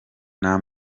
nta